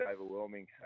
overwhelming